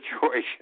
situation